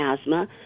asthma